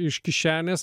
iš kišenės